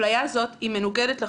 אפליה זאת היא מנוגדת לחוק,